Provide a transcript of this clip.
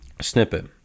snippet